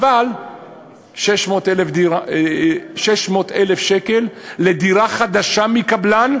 אבל 600,000 שקל לדירה חדשה מקבלן?